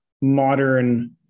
modern